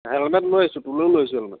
helmet লৈ আহিছোঁ তোৰ লৈয়ো লৈ আহিছোঁ হেলমেট